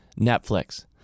Netflix